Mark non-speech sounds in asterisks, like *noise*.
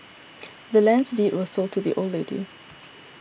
*noise* the land's deed was sold to the old lady